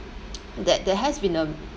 that there has been a